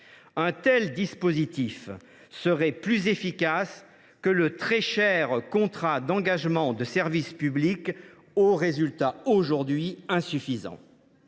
Un tel dispositif serait plus efficace que le très cher contrat d’engagement de service public, aux résultats aujourd’hui insuffisants.